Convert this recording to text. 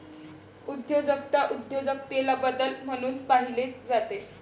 उद्योजकता उद्योजकतेला बदल म्हणून पाहिले जाते